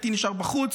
הייתי נשאר בחוץ.